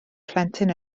plentyn